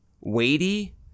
weighty